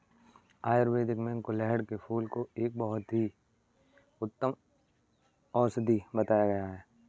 आयुर्वेद में गुड़हल के फूल को एक बहुत ही उत्तम औषधि बताया गया है